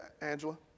Angela